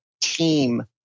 team